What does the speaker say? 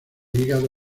hígado